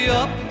up